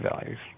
values